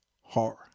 horror